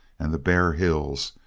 and the bare hills,